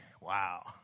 Wow